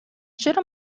چرا